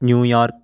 New York